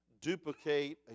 duplicate